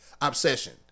Obsession